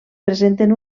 presenten